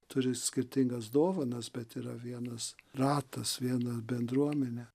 turi skirtingas dovanas bet yra vienas ratas viena bendruomenė